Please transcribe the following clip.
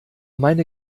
meine